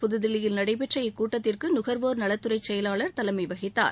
புதுதில்லியில் நடைபெற்ற இக்கூட்டத்திற்கு நுகர்வோர் நலத்துறை செயலாளர் தலைமை வகித்தார்